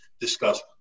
discuss